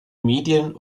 medien